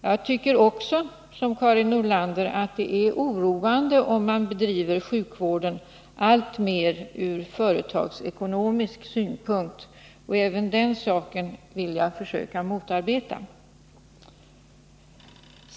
Jag tycker också, som Karin Nordlander, att det är oroande om sjukvården bedrivs alltmer utifrån företagsekonomiska utgångspunkter. Även detta vill jag försöka motarbeta.